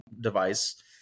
device